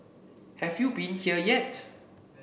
have you been here yet